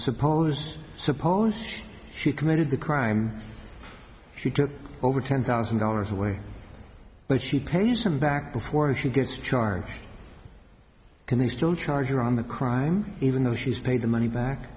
suppose supposed she committed the crime she took over ten thousand dollars away but she pays him back before she gets charged can he still charge here on the crime even though she's paid the money back